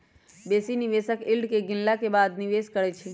बेशी निवेशक यील्ड के गिनला के बादे निवेश करइ छै